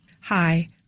Hi